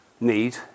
need